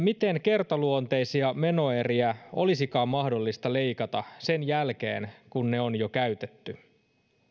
miten kertaluonteisia menoeriä olisikaan mahdollista leikata sen jälkeen kun ne on jo käytetty